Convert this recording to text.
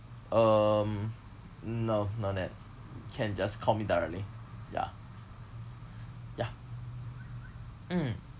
um no not that can just call me directly ya ya mm